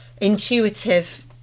intuitive